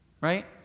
right